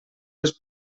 les